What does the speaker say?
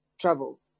trouble